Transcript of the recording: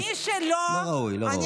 לא ראוי, לא ראוי.